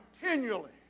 continually